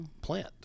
plant